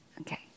Okay